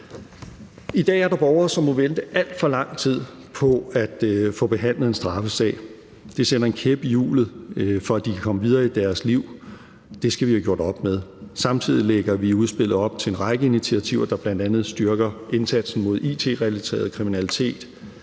I dag er der borgere, som må vente alt for lang tid på at få behandlet en straffesag. Det sætter en kæp i hjulet for, at de kan komme videre i deres liv. Det skal vi have gjort op med. Samtidig lægger vi i udspillet op til en række initiativer, der bl.a. styrker indsatsen mod it-relateret kriminalitet,